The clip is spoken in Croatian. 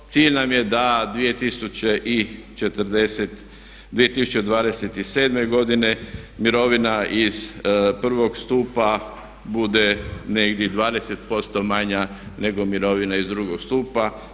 Cilj nam je da 2027. godine mirovina iz prvog stupa bude negdje 20% manja nego mirovina iz drugog stupa.